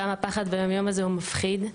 כמה הפחד ביום-יום הזה הוא מפחיד.